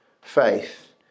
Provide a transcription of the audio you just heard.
faith